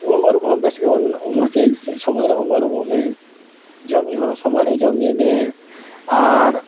ᱩᱢ ᱟᱹᱨᱩᱵ ᱦᱚᱸ ᱵᱮᱥ ᱜᱮᱵᱚᱱ ᱥᱚᱢᱚᱭ ᱨᱮ ᱩᱢ ᱟᱹᱨᱩᱵᱚᱜ ᱢᱮ ᱡᱚᱢᱼᱧᱩ ᱦᱚᱸ ᱥᱚᱢᱚᱭ ᱨᱮ ᱡᱚᱢᱼᱧᱩᱭ ᱢᱮ ᱟᱨ